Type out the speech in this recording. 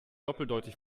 doppeldeutig